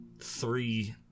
three